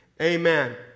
Amen